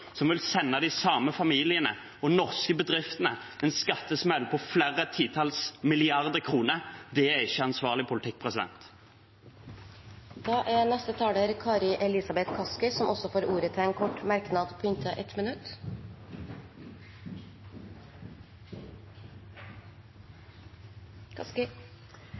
som vil sende de samme familiene og de norske bedriftene en skattesmell på flere titalls milliarder kroner. Det er ikke ansvarlig politikk. Representanten Kari Elisabeth Kaski har hatt ordet to ganger tidligere og får ordet til en kort merknad, begrenset til 1 minutt.